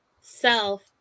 self